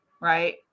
Right